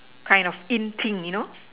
kind of in thing you know